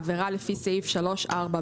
עבירה לפי סעיף 3(4)(ב1),